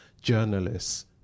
journalists